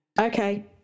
Okay